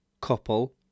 Couple